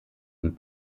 und